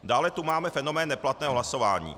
Dále tu máme fenomén neplatného hlasování.